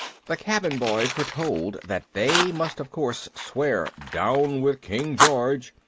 the cabin boys were told that they must of course swear down with king george!